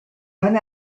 run